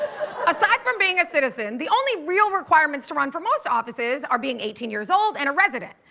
aside from being a citizen, the only real requirements to run for most offices are being eighteen years old and a resident.